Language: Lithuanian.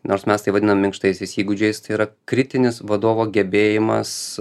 nors mes tai vadinam minkštaisiais įgūdžiais tai yra kritinis vadovo gebėjimas